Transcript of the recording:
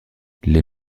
les